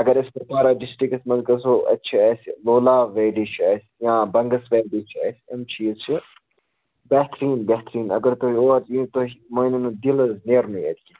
اگر أسۍ کُپوارہ ڈِسٹرکَس منٛز گژھو اَتہِ چھِ اَسہِ لولاب ویلی چھِ اَسہِ یا بَنٛگَس ویلی چھِ اَسہِ یِم چیٖز چھِ بہتریٖن بہتریٖن اگر تُہۍ اور یِیِو تۅہہِ مٲنِو نہٕ دِل حظ نیرنٕے اَتہِ